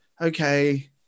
okay